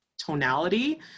Tonality